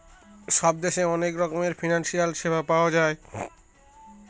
সব দেশে অনেক রকমের ফিনান্সিয়াল সেবা পাওয়া যায়